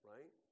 Right